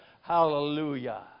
Hallelujah